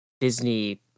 Disney